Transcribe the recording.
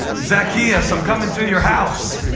zacchaeus, i'm coming to your house.